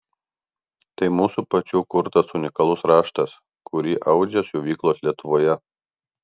tai mūsų pačių kurtas unikalus raštas kurį audžia siuvyklos lietuvoje